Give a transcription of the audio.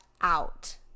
out